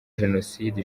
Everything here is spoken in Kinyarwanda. jenoside